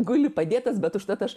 guli padėtas bet užtat aš